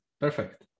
Perfect